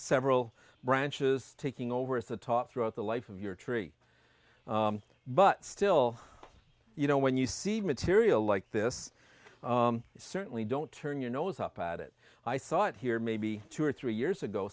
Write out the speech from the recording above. several branches taking over at the top throughout the life of your tree but still you know when you see material like this certainly don't turn your nose up at it i thought here maybe two or three years ago